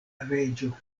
reĝo